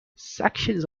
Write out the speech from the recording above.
sections